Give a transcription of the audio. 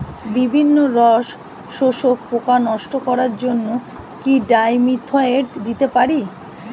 বিভিন্ন রস শোষক পোকা নষ্ট করার জন্য কি ডাইমিথোয়েট দিতে পারি?